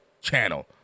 channel